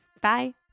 Bye